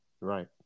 Right